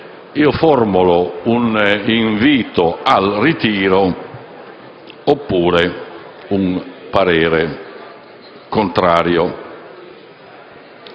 1.2 formulo un invito al ritiro oppure un parere contrario.